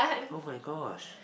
oh-my-gosh